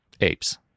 apes